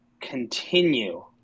continue